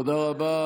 תודה רבה